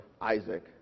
Isaac